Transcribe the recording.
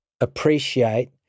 appreciate